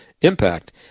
impact